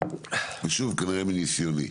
ושוב כנראה מניסיוני,